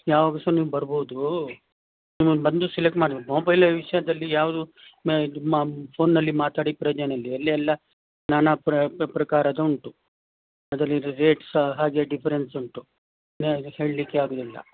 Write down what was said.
ಯಾವಾಗ ಸಹ ನೀವು ಬರ್ಬೋದು ನೀವೊಂದು ಬಂದು ಸಿಲೆಕ್ಟ್ ಮಾಡಿ ಮೊಬೈಲ್ ವಿಷಯದಲ್ಲಿ ಯಾವುದು ಮೇ ಇದು ಮಾಮ್ ಫೋನ್ನಲ್ಲಿ ಮಾತಾಡಿ ಪ್ರಯೋಜನ ಇಲ್ಲ ಇಲ್ಲಿ ಎಲ್ಲಾ ನಾನಾ ಪ್ರಕಾರದ್ದುಂಟು ಅದ್ರಲ್ಲಿರೋ ರೆಟ್ ಸಹ ಹಾಗೆ ಡಿಫರೆನ್ಸ್ ಉಂಟು ನಾನ್ ಹೇಳಲಿಕ್ಕೆ ಆಗಲಿಲ್ಲ